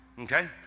okay